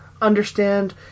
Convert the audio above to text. understand